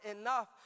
enough